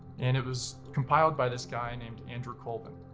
and it was compiled by this guy i inamed andrew colvin.